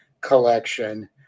collection